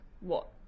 what-